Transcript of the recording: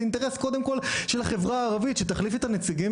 זה אינטרס קודם כל של החברה הערבית שתחליף את הנציגים